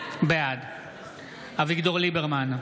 בעד אביגדור ליברמן,